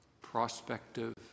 prospective